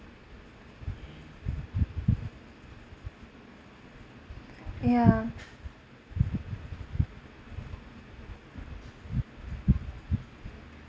ya